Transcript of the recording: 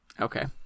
okay